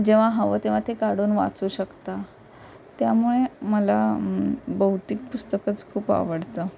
जेव्हा हवं तेव्हा ते काढून वाचू शकता त्यामुळे मला बौतिक पुस्तकंच खूप आवडतं